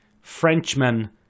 Frenchman